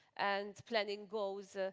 and planning goals ah